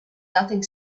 nothing